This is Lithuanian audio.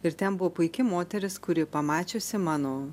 ir ten buvo puiki moteris kuri pamačiusi mano